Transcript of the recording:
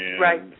Right